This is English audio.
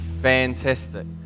Fantastic